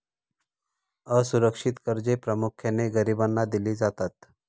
असुरक्षित कर्जे प्रामुख्याने गरिबांना दिली जातात